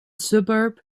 suburb